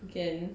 you can